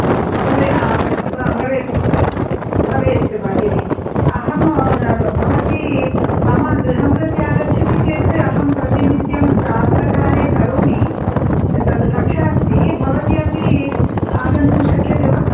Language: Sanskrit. भवे भवेत् भवेत् भगिनि अहं भवती मम गृहं प्रति आगच्छति चेत् अहं प्रतिनित्यं प्रातःकाले करोमि तत् कक्षा अस्ति भवती अपि आगन्तुं शक्यते वा